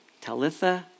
Talitha